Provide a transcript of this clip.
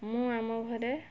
ମୁଁ ଆମ ଘରେ